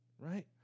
right